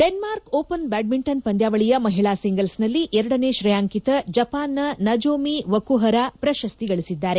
Denmark open badminton ಪಂದ್ಯಾವಳಿಯ ಮಹಿಳಾ ಸಿಂಗಲ್ಸ್ನಲ್ಲಿ ಎರಡನೇ ಶ್ರೇಯಾಂಕಿತ ಜಪಾನ್ನ ನಜೋಮಿ ಒಕುಹರಾ ಪ್ರಶಸ್ತಿ ಗಳಿಸಿದ್ದಾರೆ